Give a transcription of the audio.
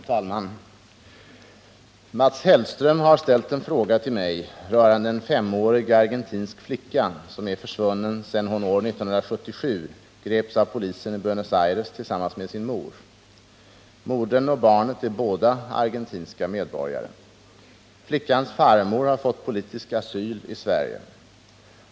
Herr talman! Mats Hellström har ställt en fråga till mig rörande en femårig argentinsk flicka, som är försvunnen sedan hon år 1977 greps av polisen i Buenos Aires tillsammans med sin mor. Modern och barnet är båda argentinska medborgare: Flickans farmor har fått politisk asyl i Sverige.